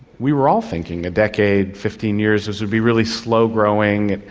we were all thinking a decade, fifteen years, this would be really slow-growing.